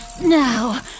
Now